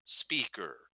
speaker